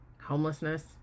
homelessness